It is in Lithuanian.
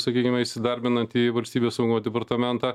sakykime įsidarbinant į valstybės saugumo departamentą